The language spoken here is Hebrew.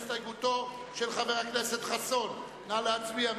הסתייגותו של חבר הכנסת חסון, נא להצביע.